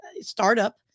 startup